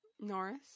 Norris